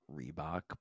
Reebok